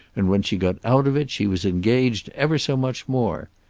and when she got out of it she was engaged ever so much more.